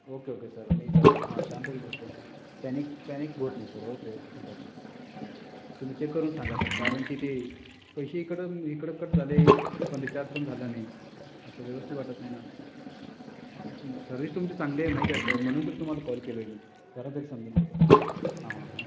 okay okay sir मी जरा हां शांतच बसतो पॅनिक पॅनिक होत नाही सर ओके ओके ठीक आहे सर तुम्ही चेक करून सांगा सर कारणकी ते पैसे इकडं इकडं कट झाले पण रिचार्ज पण झालं नाही आहे असं व्यवस्थित वाटत नाही ना हां मग सर्विस तुमची चांगली आहे माहीत आहे सर म्हणून तर तुम्हाला कॉल केलो आहे मी जरा तरी समजून घ्या मग हां हां हां